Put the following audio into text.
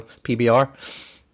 PBR